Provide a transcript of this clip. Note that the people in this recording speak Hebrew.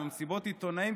עם מסיבות העיתונאים,